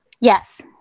yes